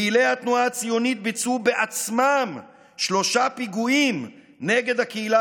פעילי התנועה הציונית ביצעו בעצמם שלושה פיגועים נגד הקהילה